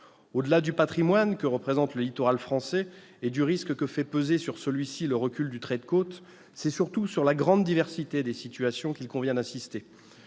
Au-delà du patrimoine que représente le littoral français, et du risque que fait peser sur celui-ci le recul du trait de côte, c'est surtout sur la grande diversité des situations qu'il convient d'insister.